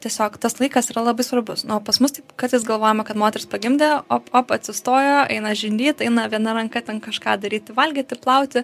tiesiog tas laikas yra labai svarbus na o pas mus taip kartais galvojama kad moteris pagimdė atsistojo eina žindyt eina viena ranka ten kažką daryti valgyti plauti